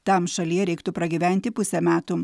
tam šalyje reiktų pragyventi pusę metų